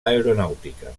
aeronàutica